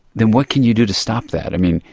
then what can you do to stop that? i mean,